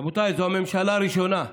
רבותיי, זו הממשלה הראשונה,